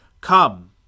Come